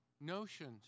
notions